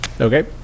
Okay